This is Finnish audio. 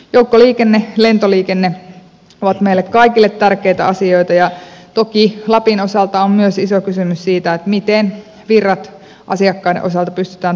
joukkoliikenne lentoliikenne ovat meille kaikille tärkeitä asioita ja toki lapin osalta on myös iso kysymys siitä miten virrat asiakkaiden osalta pystytään turvaamaan